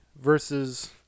versus